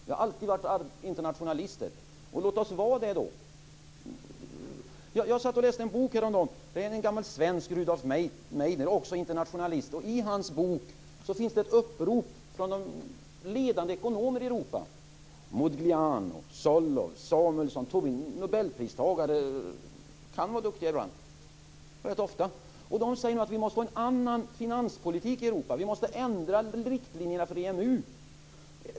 Vi har alltid varit internationalister. Låt oss vara det. Jag läste en bok häromdagen av en svensk, Rudolf Meidner, också internationalist. I hans bok finns det ett upprop från ledande ekonomer i Europa: Modigliano, Solow, Samuelsson, Tobin. Nobelpristagare kan vara duktiga ibland - rätt ofta. De säger att vi måste ha en annan finanspolitik i Europa. Vi måste ändra riktlinjerna för EMU.